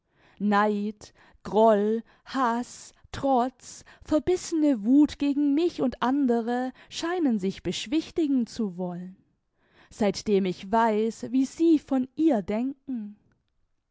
neid groll haß trotz verbissene wuth gegen mich und andere scheinen sich beschwichtigen zu wollen seitdem ich weiß wie sie von ihr denken